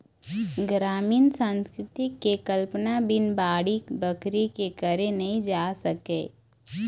गरामीन संस्कृति के कल्पना बिन बाड़ी बखरी के करे नइ जा सके